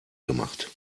gemacht